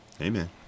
Amen